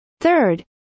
Third